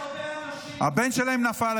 הבן שלהם נפל.